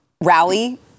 rally